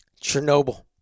Chernobyl